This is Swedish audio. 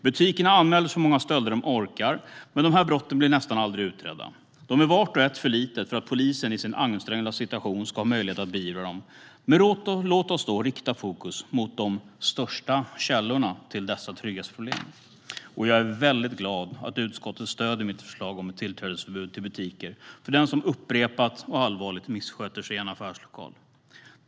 Butikerna anmäler så många stölder de orkar, men dessa brott blir nästan aldrig utredda. De är vart och ett för små för att polisen i sin ansträngda situation ska ha möjlighet att beivra dem. Men låt oss då rikta fokus mot de största källorna till dessa trygghetsproblem. Jag är mycket glad att utskottet stöder mitt förslag om ett tillträdesförbud till butiker för den som upprepat och allvarligt missköter sig i en affärslokal.